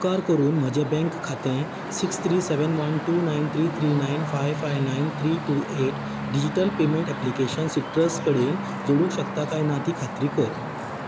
उपकार करून म्हजें बँक खातें six three seven one two nine three three nine five five nine three two eight digital payment application Citrus कडेन जोडूंक शकता काय ना ती खात्री कर